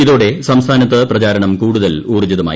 ഇതോടെ സംസ്ഥാനത്ത് പ്രചാരണം കൂടുതൽ ഊർജ്ജിതമായി